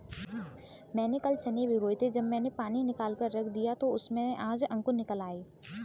मैंने कल चने भिगोए थे जब मैंने पानी निकालकर रख दिया तो उसमें आज अंकुर निकल आए